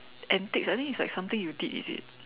antics I think it's like something you did is it